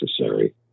necessary